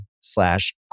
slash